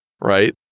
right